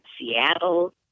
Seattle